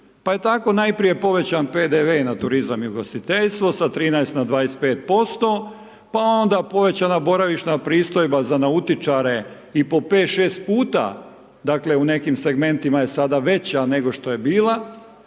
pa je tako najprije povećan PDV na turizam i ugostiteljstvo sa 13 na 25%, pa onda povećana boravišna pristojba za nautičare i po pet, šest puta. Dakle, u nekim segmentima je sada veća, nego što je bila.